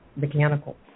mechanical